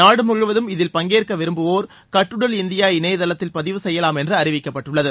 நாடு முழுவதும் இதில் பங்கேற்க விரும்புவோர் கட்டுடல் இந்தியா இணையதளத்தில் பதிவு செய்யலாம் என்று அறிவிக்கப்பட்டுள்ளது